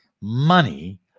Money